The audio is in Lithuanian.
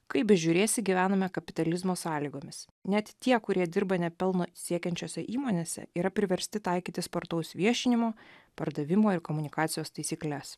kaip bežiūrėsi gyvename kapitalizmo sąlygomis net tie kurie dirba ne pelno siekiančiose įmonėse yra priversti taikyti spartaus viešinimo pardavimo ir komunikacijos taisykles